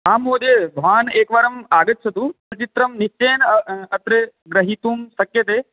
आम् महोदय भवान् एकवारम् आगच्छतु चलच्चित्रं निश्चयेन अत्र ग्रहीतुं शक्यते